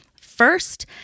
First